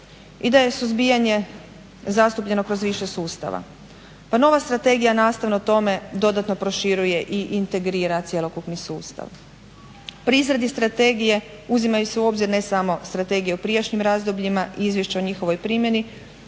i da je suzbijanje zastupljeno kroz više sustava, pa nova strategija nastavno tome dodatno proširuje i integrira cjelokupni sustav. Pri izradi strategije uzimaju se u obzir strategije u prijašnjim razdobljima i izvješća o njihovoj primjeni